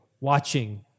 watching